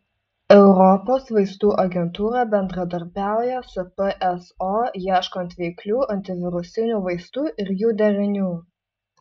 europos vaistų agentūra bendradarbiauja su pso ieškant veiklių antivirusinių vaistų ir jų derinių